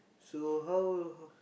so how